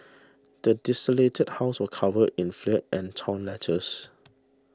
the desolated house was covered in filth and torn letters